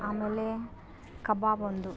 ಆಮೇಲೆ ಕಬಾಬ್ ಒಂದು